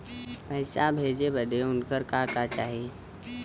पैसा भेजे बदे उनकर का का चाही?